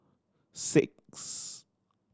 six